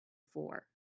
four